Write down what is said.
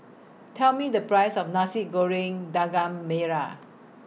Tell Me The Price of Nasi Goreng Daging Merah